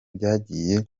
byagiye